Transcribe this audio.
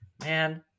man